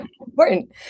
important